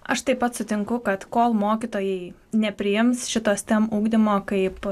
aš taip pat sutinku kad kol mokytojai nepriims šito steam ugdymo kaip